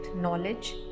knowledge